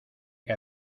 que